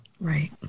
Right